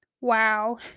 wow